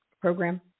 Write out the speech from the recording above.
program